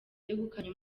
begukanye